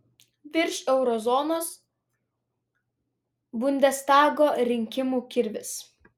virš euro zonos bundestago rinkimų kirvis